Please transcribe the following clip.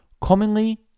Commonly